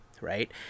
right